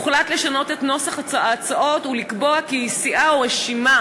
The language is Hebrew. הוחלט לשנות את נוסח ההצעות ולקבוע כי סיעה או רשימה